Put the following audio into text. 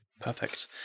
Perfect